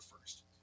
first